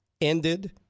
ended